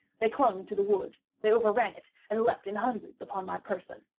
they clung to the wood they overran it, and leaped in hundreds upon my person.